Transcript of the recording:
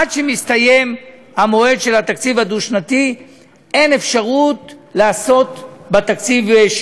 עד שמסתיים המועד של התקציב הדו-שנתי אין אפשרות לעשות שינויים בתקציב.